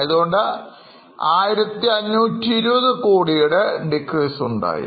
ആയതുകൊണ്ട് 1520 കോടിയുടെ decrease ഉണ്ടായി